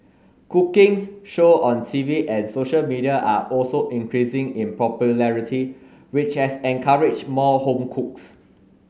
cooking's show on TV and social media are also increasing in popularity which has encouraged more home cooks